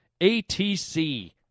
ATC